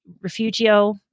refugio